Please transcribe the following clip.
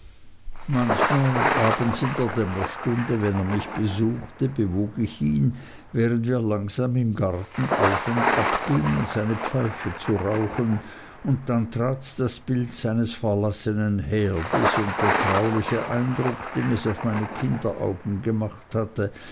manchmal abends in der dämmerstunde wenn er mich besuchte bewog ich ihn während wir langsam im garten auf und ab gingen seine pfeife zu rauchen und dann trat das bild seines verlassenen herdes und der trauliche eindruck den es auf meine kinderaugen gemacht hatte